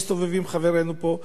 מסתובבים חברינו פה,